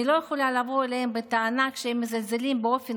אני לא יכולה לבוא אליהם בטענה כשהם מזלזלים באופן